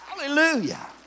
Hallelujah